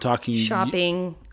shopping